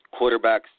Quarterbacks